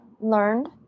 learned